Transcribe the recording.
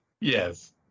Yes